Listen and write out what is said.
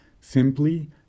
Simply